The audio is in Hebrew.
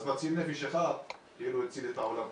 מצילים נפש אחת כאילו הצילו את העולם כולו.